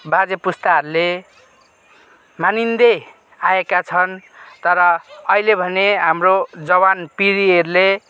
बाजे पुस्ताहरूले मानिन्दै आएका छन् तर अहिले भने हाम्रो जवान पिँढीहरूले